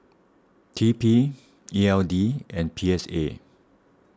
T P E L D and P S A